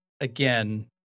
again